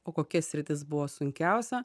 o kokia sritis buvo sunkiausia